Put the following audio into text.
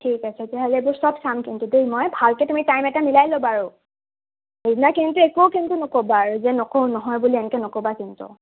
ঠিক আছে তেতিয়া হ'লে এইবোৰ চব চাম কিন্তু দেই মই ভালকে তুমি টাইম এটা মিলাই ল'বা আৰু সেইদিনা কিন্তু একো কিন্তু নক'বা আৰু যে নকওঁ নহয় বুলি এনেকে নক'বা কিন্তু